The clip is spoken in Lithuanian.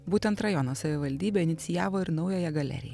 būtent rajono savivaldybė inicijavo ir naująją galeriją